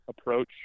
approach